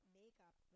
makeup